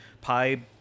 pie